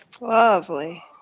Lovely